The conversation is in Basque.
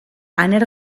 aner